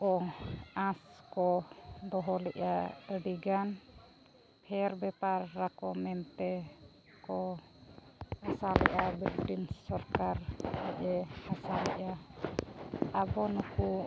ᱠᱚ ᱟᱸᱥ ᱠᱚ ᱫᱚᱦᱚ ᱞᱮᱜᱼᱟ ᱟᱹᱰᱤ ᱜᱟᱱ ᱯᱷᱮᱹᱨ ᱵᱮᱯᱟᱨᱟᱠᱚ ᱢᱮᱱᱛᱮ ᱠᱚ ᱟᱥᱟ ᱞᱮᱜ ᱟᱭ ᱵᱨᱤᱴᱤᱥ ᱥᱚᱨᱠᱟᱨ ᱟᱡᱮᱜ ᱮ ᱟᱥᱟ ᱞᱮᱜᱼᱟ ᱟᱵᱚ ᱱᱩᱠᱩ